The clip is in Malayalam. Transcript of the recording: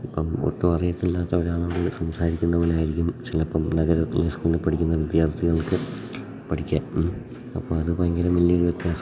അപ്പം ഒട്ടും അറിയത്തില്ലാത്തവർ ആകുമ്പോൾ സംസാരിക്കുന്ന പോലായിരിക്കും ചിലപ്പം നഗരത്തിലെ സ്കൂളിൽ പഠിക്കുന്ന വിദ്യാർത്ഥികൾക്ക് പഠിക്കാൻ അപ്പം അത് ഭയങ്കര വലിയ ഒരു വ്യത്യാസമാണ്